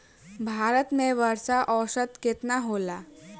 भारत में वर्षा औसतन केतना होला?